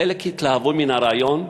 חלק התלהבו מן הרעיון,